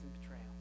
betrayal